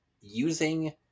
using